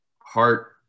heart